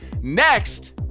next